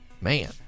Man